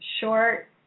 short